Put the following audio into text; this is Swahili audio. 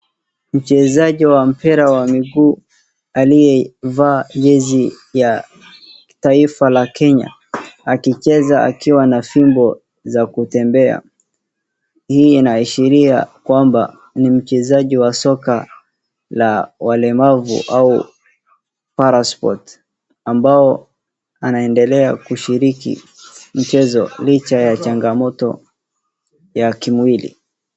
Mchezaji wa mpira wa miguu aliyevaa jezi ya taifa la Kenya akicheza akiwa na fimbo za kutembea. Hii inaashiria kwamba ni mchezaji wa soka la walemavu au paraquat ambaye anaendelea kushiriki mchezo licha ya changamoto za kimwili.